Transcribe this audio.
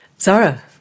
Zara